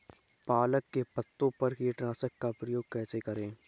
पालक के पत्तों पर कीटनाशक का प्रयोग कैसे करें?